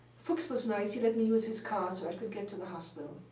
fuchs was nice. he let me use his car so i could get to the hospital.